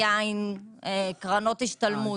מכון היין, קרנות השתלמות.